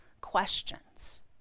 questions